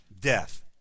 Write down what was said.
Death